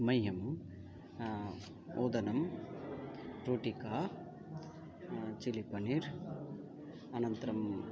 मह्यम् ओदनं रोटिका चिलिपनीर् अनन्तरम्